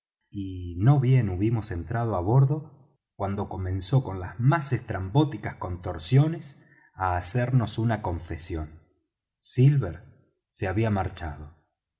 no bien hubimos entrado á bordo cuando comenzó con las más estrambóticas contorsiones á hacernos una confesión silver se había marchado